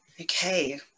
Okay